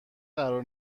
قرار